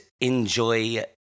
enjoy